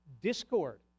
discord